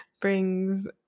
brings